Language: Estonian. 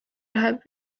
läheb